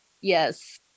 Yes